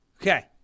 Okay